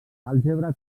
àlgebra